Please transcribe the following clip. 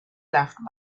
laughed